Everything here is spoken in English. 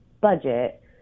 budget